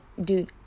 dude